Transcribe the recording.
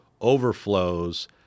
overflows